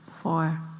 four